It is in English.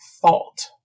fault